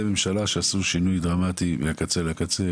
ממשלה שעשו שינוי דרמטי מהקצה אל הקצה.